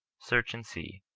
search and see.